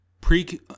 Pre